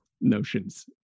notions